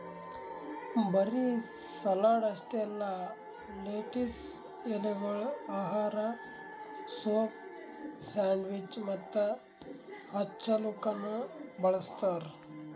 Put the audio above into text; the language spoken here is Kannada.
ಬರೀ ಸಲಾಡ್ ಅಷ್ಟೆ ಅಲ್ಲಾ ಲೆಟಿಸ್ ಎಲೆಗೊಳ್ ಆಹಾರ, ಸೂಪ್, ಸ್ಯಾಂಡ್ವಿಚ್ ಮತ್ತ ಹಚ್ಚಲುಕನು ಬಳ್ಸತಾರ್